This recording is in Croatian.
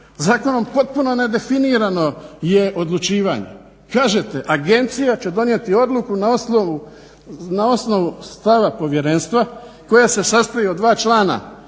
Zakonom potpuno nedefinirano je odlučivanje. Kažete agencija će donijeti odluku na osnovu stava povjerenstva koje se sastoji od dva člana